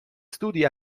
studi